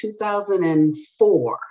2004